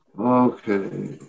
Okay